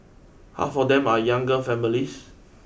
half of them are younger families